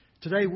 today